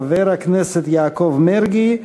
חבר הכנסת יעקב מרגי,